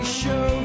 show